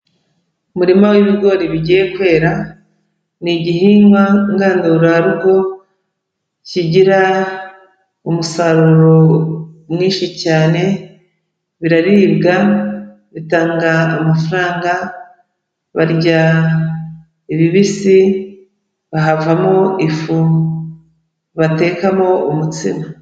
Umurima w'ibigori bigiye kwera, ni igihingwa ngandurarugo, kigira umusaruro mwinshi cyane, biraribwa, bitanga amafaranga, barya ibibisi, bahavamo ifu batekamo umutsima.